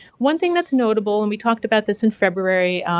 one thing that's notable, and we talked about this in february,